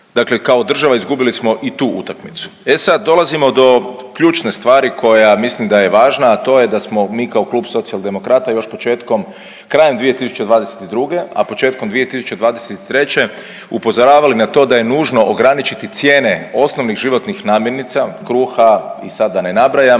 Dakle, kao država izgubili smo i tu utakmicu. E sad dolazimo do ključne stvari koja mislim da je važna, a to je da smo mi kao klub Socijaldemokrata još početkom, krajem 2022., a početkom 2023. upozoravali na to da je nužno ograničiti cijene osnovnih životnih namirnica, kruha i sad da ne nabrajam